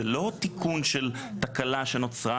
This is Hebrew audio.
זה לא תיקון של איזו תקלה שנוצרה.